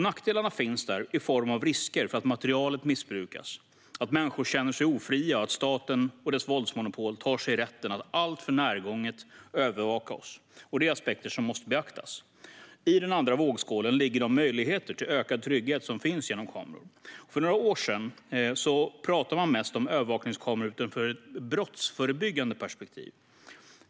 Nackdelarna finns där i form av risker för att materialet missbrukas, att människor känner sig ofria och att staten med sitt våldsmonopol tar sig rätten att alltför närgånget övervaka oss. Det är aspekter som måste beaktas. I den andra vågskålen ligger de möjligheter till ökad trygghet som finns genom kameror. För några år sedan talade man mest om övervakningskameror utifrån ett brottsförebyggande perspektiv.